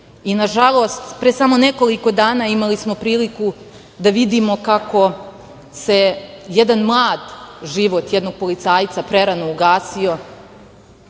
rizična. Nažalost, pre samo nekoliko dana imali smo priliku da vidimo kako se jedan mlad život, jednog policajca prerano ugasio